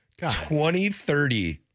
2030